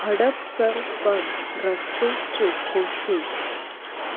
હડપસર પર રસ્તો ચોખ્ખો છે